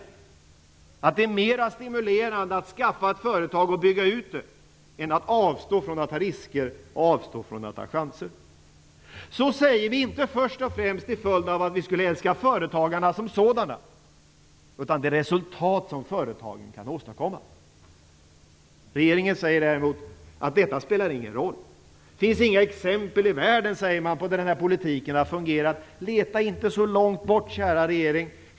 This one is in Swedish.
Det måste vara mer stimulerande att skaffa ett företag och bygga ut det än att avstå från att ta risker och chanser. Så säger vi inte först och främst till följd av att vi skulle älska företagarna som sådana, utan för att vi älskar det resultat som företagen kan åstadkomma. Regeringen säger däremot att detta inte spelar någon roll. Man säger att det inte finns några exempel i världen på att denna politik har fungerat. Men leta inte så långt bort, kära regering!